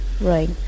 Right